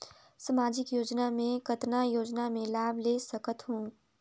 समाजिक योजना मे कतना योजना मे लाभ ले सकत हूं?